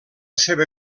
seva